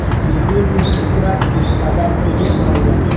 हिंदी में एकरा के सदाफुली कहल जाला